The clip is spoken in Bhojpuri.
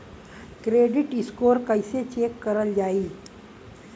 क्रेडीट स्कोर कइसे चेक करल जायी?